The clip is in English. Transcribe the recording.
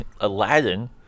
Aladdin